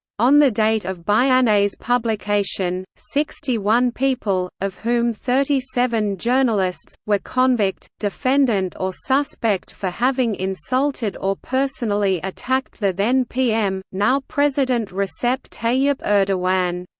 on the date of bianet's publication, sixty one people, of whom thirty seven journalists, were convict, defendant or suspect for having insulted or personally attacked the then-pm, now-president recep tayyip erdogan.